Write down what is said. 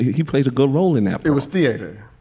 he played a good role in that. it was theater.